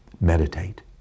meditate